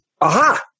aha